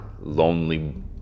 lonely